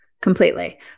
completely